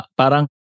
parang